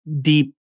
deep